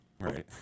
Right